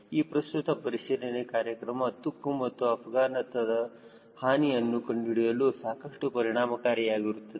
ಈ ಪ್ರಸ್ತುತ ಪರಿಶೀಲನೆ ಕಾರ್ಯಕ್ರಮ ತುಕ್ಕು ಮತ್ತು ಅಪಘಾತದ ಹಾನಿಯನ್ನು ಕಂಡುಹಿಡಿಯಲು ಸಾಕಷ್ಟು ಪರಿಣಾಮಕಾರಿಯಾಗಿರುತ್ತದೆ